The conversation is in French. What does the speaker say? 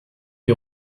est